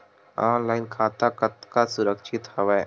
Online खाता कतका सुरक्षित हवय?